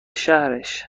شهرش